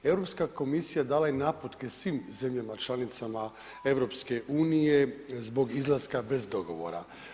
Europska komisija dala je naputke svim zemljama članicama EU zbog izlaska bez dogovora.